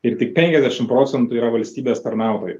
ir tik penkiasdešim procentų yra valstybės tarnautojai